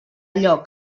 allò